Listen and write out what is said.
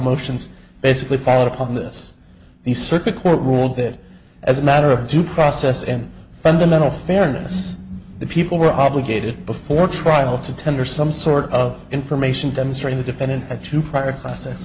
motions basically followed upon this the circuit court ruled that as a matter of due process and fundamental fairness the people were obligated before trial to tender some sort of information demonstrating the defendant at two prior class